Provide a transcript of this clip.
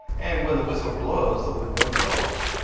and when the whistle blows the windmill goes.